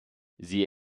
sie